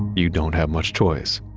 you don't have much choice